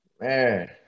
Man